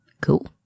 Cool